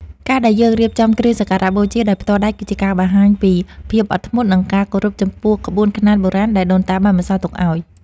ការដែលយើងរៀបចំគ្រឿងសក្ការបូជាដោយផ្ទាល់ដៃ គឺជាការបង្ហាញពីភាពអត់ធ្មត់ និងការគោរពចំពោះក្បួនខ្នាតបុរាណដែលដូនតាបានបន្សល់ទុកឱ្យ។